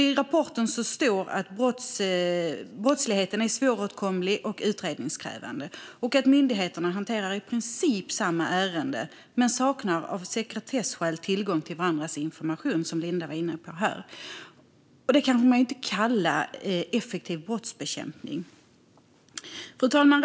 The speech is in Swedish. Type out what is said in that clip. I rapporten står det att brottsligheten är svåråtkomlig och utredningskrävande samt att myndigheterna hanterar i princip samma ärende men saknar av sekretesskäl tillgång till varandras information, vilket Linda var inne på. Detta kan man inte kalla effektiv brottsbekämpning. Fru talman!